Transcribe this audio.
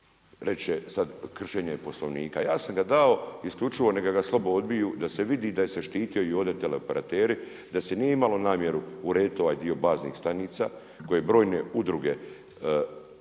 će sada kršenje Poslovnika, ja sam ga dao isključivo, neka ga slobodno odbiju da se vidi da se štite i ovdje teleoperateri, da se nije imalo namjeru urediti ovaj dio baznih stanica koje brojne udruge,